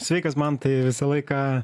sveikas man tai visą laiką